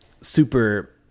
super